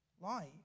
life